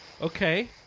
Okay